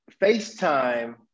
FaceTime